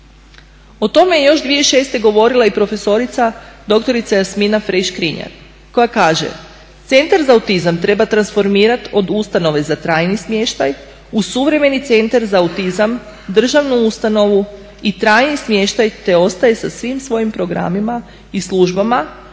O tome je još 2006. govorila i profesorica dr. Jasmina Frey Škrinjar koja kaže: "Centar za autizam treba transformirati od ustanove za trajni smještaj u suvremeni Centar za autizam državnu ustanovu i trajni smještaj te ostaje sa svim svojim programima i službama, ali